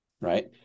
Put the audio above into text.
right